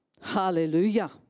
Hallelujah